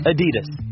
Adidas